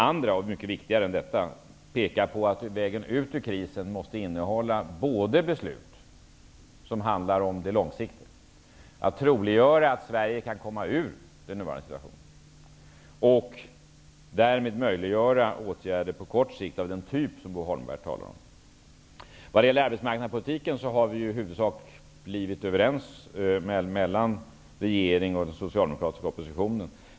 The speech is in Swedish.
Vidare, och mycket viktigare, var att peka på att vägen ut ur krisen måste innehålla också beslut som handlar om det långsiktiga. Vi måste troliggöra att Sverige kan komma ur den nuvarande situationen och därmed möjliggöra åtgärder på kort sikt som Bo Holmberg talar om. Vad gäller arbetsmarknadspolitiken har vi i huvudsak blivit överens mellan regeringen och den socialdemokratiska oppositionen.